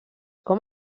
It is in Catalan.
com